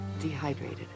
dehydrated